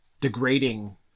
degrading